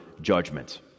judgment